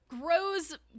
grows